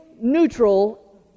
neutral